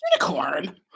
unicorn